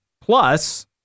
Plus